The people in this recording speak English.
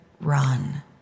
run